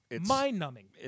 Mind-numbing